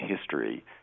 history